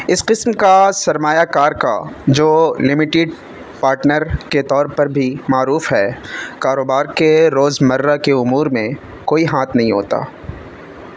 اس قسم کا سرمایہ کار کا جو لمٹیڈ پاٹنر کے طور پر بھی معروف ہے کاروبار کے روزمرہ کے امور میں کوئی ہاتھ نہیں ہوتا